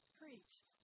preached